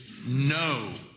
no